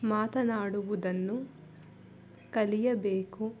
ಮಾತನಾಡುವುದನ್ನು ಕಲಿಯಬೇಕು